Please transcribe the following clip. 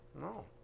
No